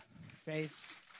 Face